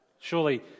Surely